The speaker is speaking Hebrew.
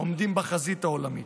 עומדים בחזית העולמית.